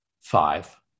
five